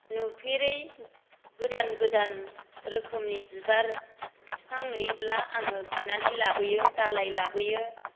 नुफेरै गोदान गोदान रोखोमनि बिबार फिफां नुयोब्ला आङो बिनानै लाबोयो दालाय लाबोयो